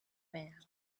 man